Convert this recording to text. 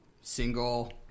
single